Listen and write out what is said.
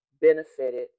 benefited